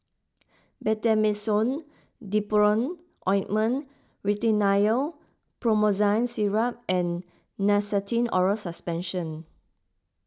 Betamethasone Dipropionate Ointment Rhinathiol Promethazine Syrup and Nystatin Oral Suspension